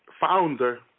founder